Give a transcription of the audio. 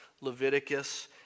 Leviticus